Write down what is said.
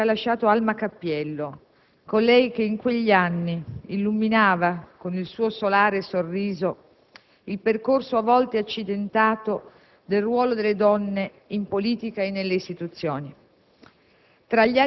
Oggi ci ha lasciato Alma Cappiello, colei che, in quegli anni, illuminava con il suo solare sorriso il percorso, a volte accidentato, del ruolo delle donne in politica e nelle istituzioni.